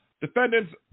Defendants